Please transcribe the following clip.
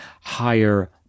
higher